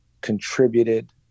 contributed